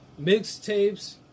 mixtapes